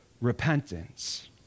repentance